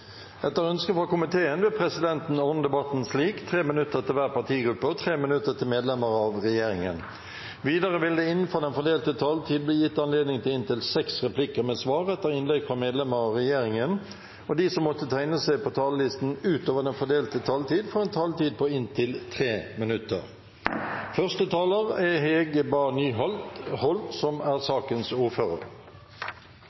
Etter ønske fra helse- og omsorgskomiteen vil presidenten ordne debatten slik: 3 minutter til hver partigruppe og 3 minutter til medlemmer av regjeringen. Videre vil det – innenfor den fordelte taletid – bli gitt anledning til inntil seks replikker med svar etter innlegg fra medlemmer av regjeringen, og de som måtte tegne seg på talerlisten utover den fordelte taletid, får også en taletid på inntil 3 minutter.